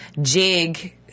Jig